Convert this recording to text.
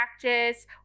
practice